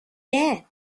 that